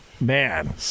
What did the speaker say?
Man